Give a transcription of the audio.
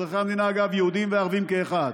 אזרחי המדינה, אגב, יהודים וערבים כאחד,